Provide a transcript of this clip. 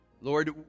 Lord